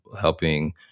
helping